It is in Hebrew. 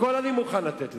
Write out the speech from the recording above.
הכול אני מוכן לתת לך,